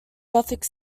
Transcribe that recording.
gothic